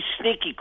sneaky